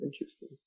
interesting